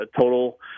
total